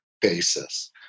basis